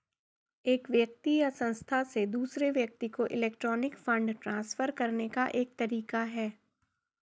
एक व्यक्ति या संस्था से दूसरे व्यक्ति को इलेक्ट्रॉनिक फ़ंड ट्रांसफ़र करने का एक तरीका है